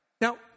now